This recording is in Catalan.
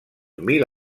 mil